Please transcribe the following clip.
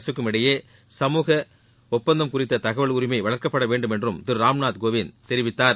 அரசுக்கும் இடையே சமூக ஒப்பந்தம் குறித்த தகவல் உரிமை வளர்க்கப்பட வேண்டும் என்றும் திரு ராம்நாத் கோவிந்த் தெரிவித்தார்